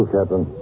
Captain